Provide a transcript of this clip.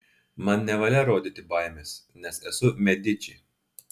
man nevalia rodyti baimės nes esu mediči